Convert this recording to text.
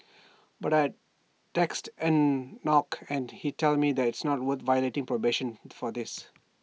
but I'd text Enoch and he'd tell me IT is not worth violating probation for this